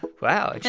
wow. and yeah